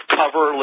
cover